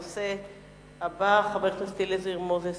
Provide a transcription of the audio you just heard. הנושא הבא: החלטות ועדת הקרן